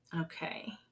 Okay